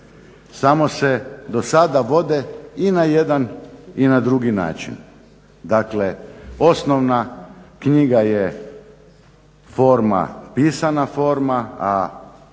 samo se do sada vode i na jedan i na drugi način. Dakle, osnovna knjiga je forma pisana forma, a